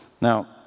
Now